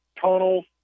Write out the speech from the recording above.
tunnels